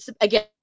again